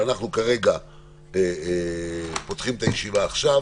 אנחנו פותחים את הישיבה עכשיו,